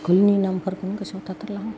स्कुलनि मुंफोरखौनो गोसोयाव थाथारला हां